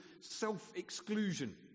self-exclusion